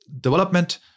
development